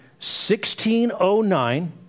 1609